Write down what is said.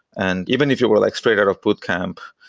and even if you were like straight out of boot camp,